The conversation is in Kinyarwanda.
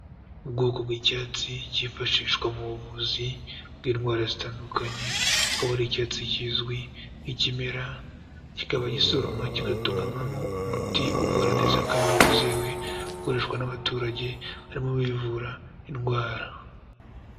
Ubwoko bw'icyatsi cyifashishwa mu buvuzi bw'indwara zitandukanye, akaba ari icyatsi kizwi nk'ikimera kikaba gisoromwa kigatunganywamo umuti uvura neza kandi wizewe ukoreshwa n'abaturage barimo bivura indwara.